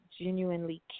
genuinely